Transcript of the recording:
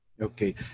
Okay